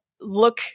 look